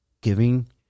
giving